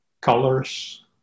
colors